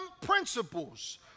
principles